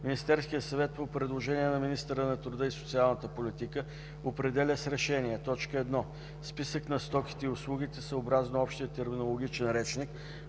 Министерският съвет по предложение на министъра на труда и социалната политика определя с решения: 1. списък на стоките и услугите съобразно Общия терминологичен речник,